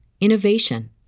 innovation